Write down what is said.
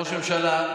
ראש הממשלה,